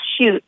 shoot